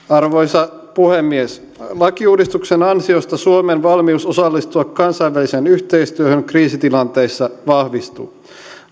arvoisa puhemies lakiuudistuksen ansiosta suomen valmius osallistua kansainväliseen yhteistyöhön kriisitilanteissa vahvistuu